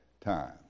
time